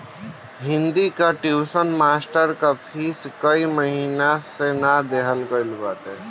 हिंदी कअ tuition master कअ fees कई महिना से ना देहल गईल बाटे